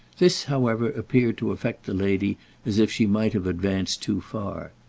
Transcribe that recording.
this, however, appeared to affect the lady as if she might have advanced too far.